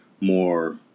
more